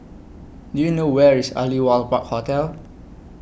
Do YOU know Where IS Aliwal Park Hotel